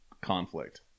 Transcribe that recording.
conflict